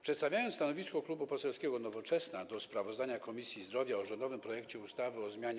Przedstawiając stanowisko Klubu Poselskiego Nowoczesna dotyczące sprawozdania Komisji Zdrowia o rządowym projekcie ustawy o zmianie